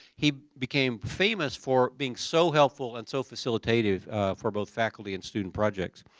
he became famous for being so helpful and so facilitative for both faculty and student projects.